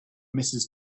mrs